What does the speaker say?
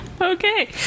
Okay